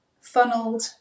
funneled